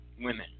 women